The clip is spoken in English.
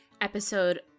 Episode